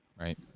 Right